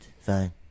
Fine